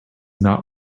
not